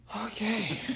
Okay